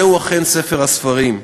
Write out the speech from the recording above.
זהו אכן ספר הספרים,